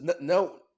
no